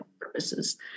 purposes